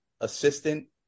assistant